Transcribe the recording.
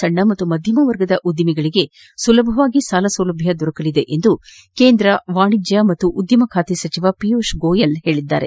ಸಣ್ಣ ಹಾಗೂ ಮಧ್ಯಮ ವರ್ಗದ ಕೈಗಾರಿಕೆಗಳಿಗೆ ಸುಲಭವಾಗಿ ಸಾಲ ಸೌಲಭ್ಯ ಸಿಗಲಿದೆ ಎಂದು ಕೇಂದ್ರ ವಾಣಿಜ್ಯ ಮತ್ತು ಉದ್ಯಮ ಸಚಿವ ಪಿಯೋಷ್ ಗೋಯಲ್ ಹೇಳಿದ್ದಾರೆ